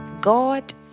God